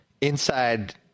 inside